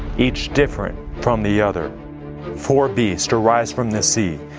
each different from the other four beasts arise from the sea.